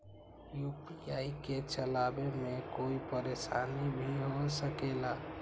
UPI के चलावे मे कोई परेशानी भी हो सकेला?